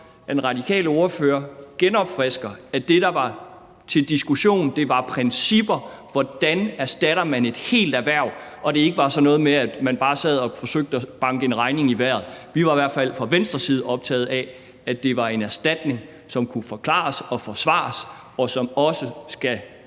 at den radikale ordfører genopfrisker, at det, der var til diskussion, var principper for, hvordan man erstatter et helt erhverv, og at det ikke var sådan noget med, at man bare sad og forsøgte at banke en regning i vejret. Vi var i hvert fald fra Venstres side optaget af, at det var en erstatning, som kunne forklares og forsvares, og at det også skal